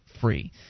free